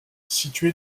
situé